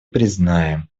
признаем